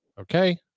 Okay